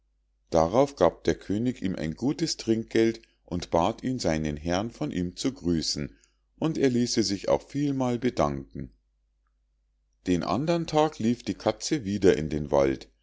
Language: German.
darauf gab der könig ihm ein gutes trinkgeld und bat ihn seinen herrn von ihm zu grüßen und er ließe sich auch vielmal bedanken den andern tag lief die katze wieder in den wald